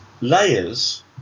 layers